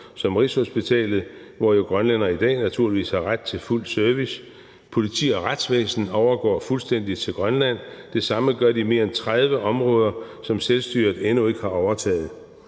som Rigshospitalet, hvor grønlændere i dag jo naturligvis har ret til fuld service. Politi og retsvæsen overgår fuldstændig til Grønland, og det samme gør de mere end 30 områder, som selvstyret endnu ikke har overtaget.